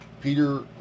Peter